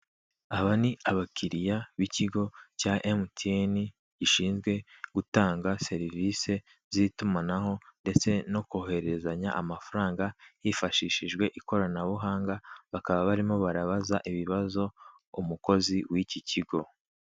Aba ni abakiriya b'ikigo cya emutiyeni, gishinzwe gutanga serivise z'itumanaho, ndetse no kohererezanya amafaranga hifashishijwe ikoramabuhanga, bakaba barimo barabaza ibibazo umukozi w'iki kigo.